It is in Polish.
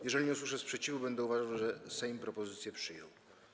Jeżeli nie usłyszę sprzeciwu, będę uważał, że Sejm propozycję przyjął.